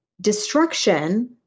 destruction